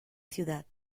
ciudad